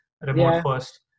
remote-first